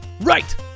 right